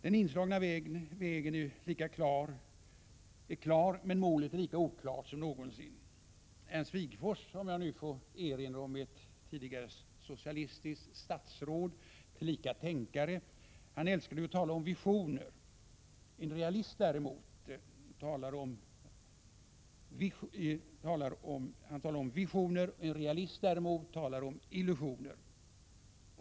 Den inslagna vägen är klar, men målet är lika oklart som någonsin. Ernst Wigforss — om jag nu får erinra om ett tidigare socialistiskt statsråd, tillika tänkare — älskade att tala om visioner. En realist däremot talar om illusioner.